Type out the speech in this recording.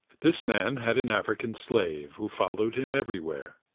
this man had an african slave who followed him everywhere.